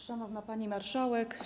Szanowna Pani Marszałek!